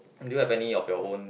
do you have any of your own